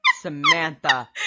Samantha